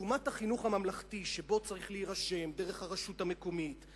לעומת החינוך הממלכתי שבו צריך להירשם דרך הרשות המקומית,